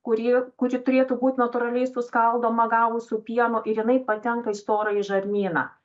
kurie kuri turėtų būt natūraliai suskaldoma gavus pieno ir jinai patenka į storąjį žarnyną